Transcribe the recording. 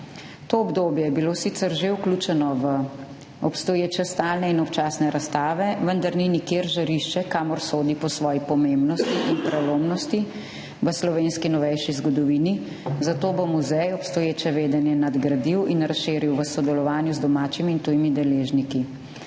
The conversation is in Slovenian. To obdobje je bilo sicer že vključeno v obstoječe stalne in občasne razstave, vendar ni nikjer žarišče, kamor sodi po svoji pomembnosti in prelomnosti v slovenski novejši zgodovini, zato bo muzej obstoječe vedenje nadgradil in razširil v sodelovanju z domačimi in tujimi deležniki.